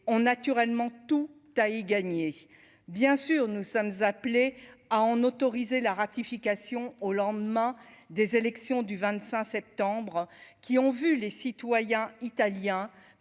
ont naturellement tout à y gagner, bien sûr, nous sommes appelés à en autoriser la ratification au lendemain des élections du 25 septembre qui ont vu les citoyens italiens